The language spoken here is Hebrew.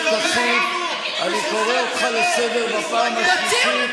אני קורא אותך לסדר פעם שנייה.